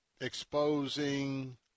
exposing